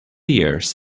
years